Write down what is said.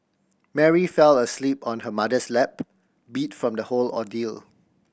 Mary fell asleep on her mother's lap beat from the whole ordeal